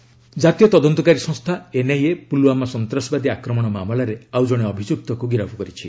NIA arrest ଜାତୀୟ ତଦନ୍ତକାରୀ ସଂସ୍ଥା ଏନ୍ଆଇଏ ପୁଲୱାମା ସନ୍ତ୍ରାସବାଦୀ ଆକ୍ରମଣ ମାମଲାରେ ଆଉ ଜଣେ ଅଭିଯୁକ୍ତକୁ ଗିରଫ୍ କରିଛି